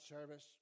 service